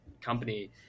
company